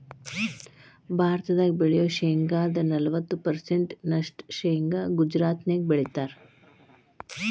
ಭಾರತದಾಗ ಬೆಳಿಯೋ ಶೇಂಗಾದ ನಲವತ್ತ ಪರ್ಸೆಂಟ್ ನಷ್ಟ ಶೇಂಗಾ ಗುಜರಾತ್ನ್ಯಾಗ ಬೆಳೇತಾರ